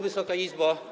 Wysoka Izbo!